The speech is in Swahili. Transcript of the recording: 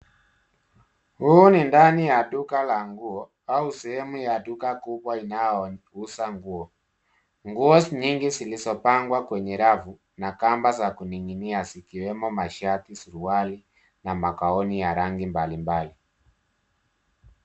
Huu ni ndani ya duka la nguo au sehemu ya duka kubwa inayouza nguo. Nguo nyingi zilizo pangwa kwenye rafu na kamba za kuning'inia zikiwemo mashati, suruali na magauni ya rangi mbalimbali.